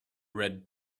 red